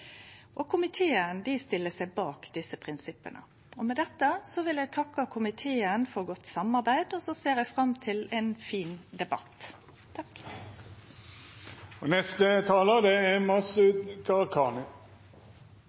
Komiteen stiller seg bak desse prinsippa. Med dette vil eg takke komiteen for godt samarbeid, og eg ser fram til ein fin debatt. Innovasjon i offentlig sektor er